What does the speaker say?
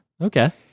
Okay